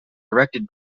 directed